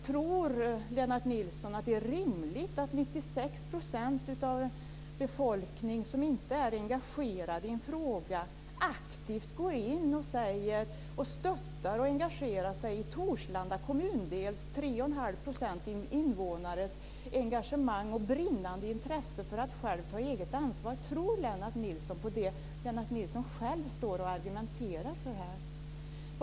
Tror Lennart Nilsson att det är rimligt att 96 % av en befolkning som inte är engagerad i en fråga aktivt stöttar och engagerar sig för de 31⁄2 % av Torslanda kommundels invånare som har ett engagemang och ett brinnande intresse för att själva ta eget ansvar? Tror Lennart Nilsson på det han själv argumenterar för här?